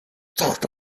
zucht